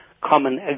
common